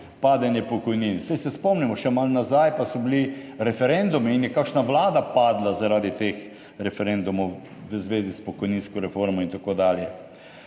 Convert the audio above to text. padanje pokojnin. Saj se spomnimo, še malo nazaj pa so bili referendumi in je kakšna vlada padla zaradi teh referendumov v zvezi s pokojninsko reformo in tako dalje.